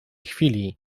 chwili